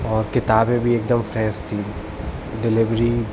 और किताबें भी एक दम फ्रेश थी डिलीवरी